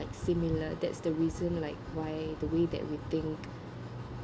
like similar that's the reason like why the way that we think